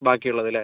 ബാക്കിയുള്ളത് അല്ലേ